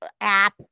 app